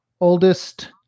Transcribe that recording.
oldest